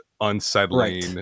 unsettling